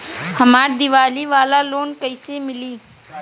हमरा दीवाली वाला लोन कईसे मिली?